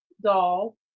doll